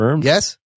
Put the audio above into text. Yes